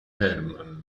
herman